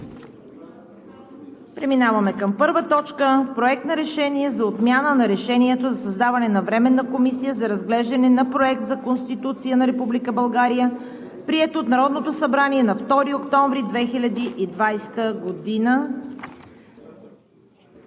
следната допълнителна точка – Проект на решение за отмяна на Решението за създаване на Временна комисия за разглеждане на Проект на Конституцията на Република България, прието от Народното събрание на 2 октомври 2020 г.